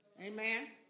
Amen